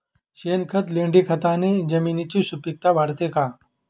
शेणखत, लेंडीखताने जमिनीची सुपिकता वाढते का?